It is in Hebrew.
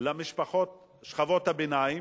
לשכבות הביניים,